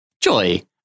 Joy